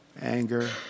Anger